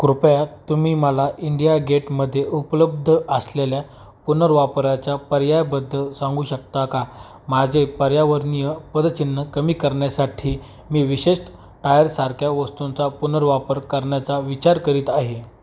कृपया तुम्ही मला इंडिया गेटमध्ये उपलब्ध असलेल्या पुनर्वापराच्या पर्यायबद्दल सांगू शकता का माझे पर्यावरणणीय पदचिन्ह कमी करण्यासाठी मी विशेषत टायरसारख्या वस्तूंचा पुनर्वापर करण्याचा विचार करीत आहे